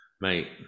Mate